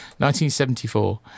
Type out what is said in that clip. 1974